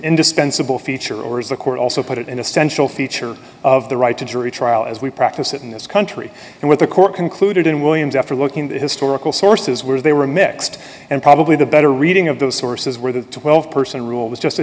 indispensable feature or is the court also put it in essential feature of the right to jury trial as we practice it in this country and what the court concluded in williams after looking at historical sources is where they were mixed and probably the better reading of those sources were that twelve person rule was just a